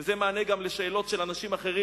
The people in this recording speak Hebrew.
וזה מענה גם על שאלות של אנשים אחרים,